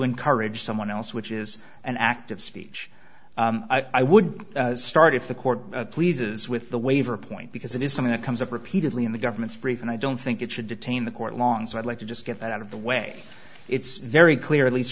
encourage someone else which is an act of speech i would start if the court pleases with the waiver point because it is something that comes up repeatedly in the government's brief and i don't think it should detain the court long so i'd like to just get that out of the way it's very clear at least